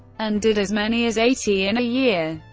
and did as many as eighty in a year.